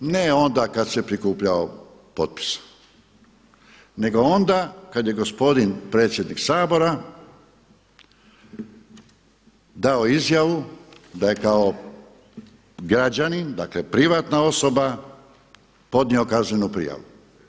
Ne onda kada se prikupljao potpis nego onda kada je gospodin predsjednik Sabora dao izjavu da je kao građanin, dakle privatna osoba podnio kaznenu prijavu.